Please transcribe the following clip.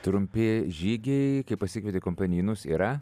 trumpi žygiai kai pasikvieti kompanionus yra